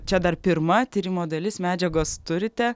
čia dar pirma tyrimo dalis medžiagos turite